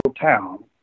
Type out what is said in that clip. town